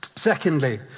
Secondly